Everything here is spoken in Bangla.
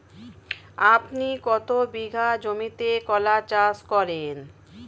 আপনি কত বিঘা জমিতে কলা চাষ করেন?